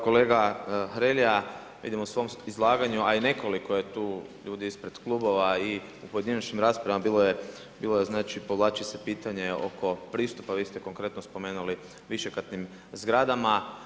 Kolega Hrelja, vidim u svom izlaganju, a i nekoliko je tu ljudi ispred klubova i u pojedinačnim raspravama bilo je povlači se pitanje oko pristupa, vi ste konkretno spomenuli višekatnim zgradama.